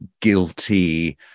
guilty